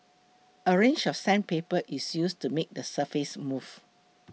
a range of sandpaper is used to make the surface smooth